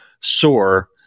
SOAR